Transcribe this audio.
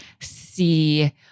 See